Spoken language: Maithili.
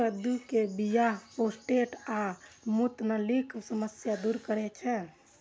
कद्दू के बीया प्रोस्टेट आ मूत्रनलीक समस्या दूर करै छै